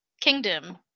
Kingdom